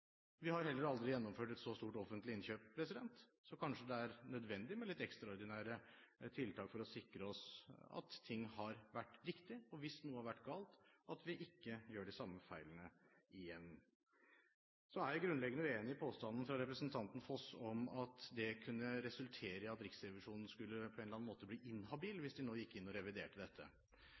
Vi har heller aldri gjennomført et så stort offentlig innkjøp, så kanskje det er nødvendig med litt ekstraordinære tiltak for å sikre oss at ting har vært riktig – at vi ikke gjør de samme feilene igjen, hvis noe har vært galt. Så er jeg grunnleggende uenig i påstanden fra representanten Foss om at det kunne resultere i at Riksrevisjonen på en eller annen måte skulle bli inhabil, hvis de nå gikk inn og reviderte dette.